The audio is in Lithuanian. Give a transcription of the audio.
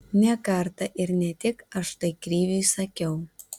ne kartą ir ne tik aš tai kriviui sakiau